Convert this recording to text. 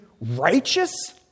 righteous